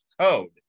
code